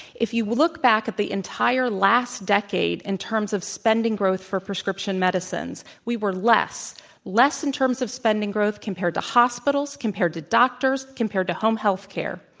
if you look back at the entire last decade in terms of spending growth for prescription medicines, we were less less in terms of spending growth compared to hospitals, compared to doctors, compared to home health care.